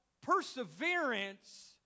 perseverance